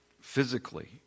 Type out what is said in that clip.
physically